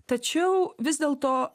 tačiau vis dėl to